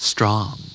Strong